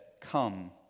Come